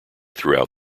throughout